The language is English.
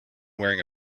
wearing